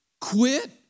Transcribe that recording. quit